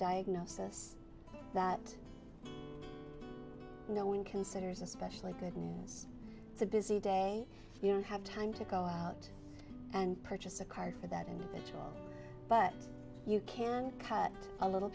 diagnosis that no one considers especially goodness it's a busy day you don't have time to go out and purchase a card for that individual but you can cut a little